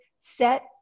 set